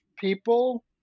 people